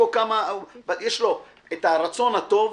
יש לו את הרצון הטוב,